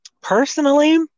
personally